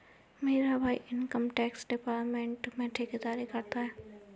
मेरा भाई income tax department में ठेकेदारी करता है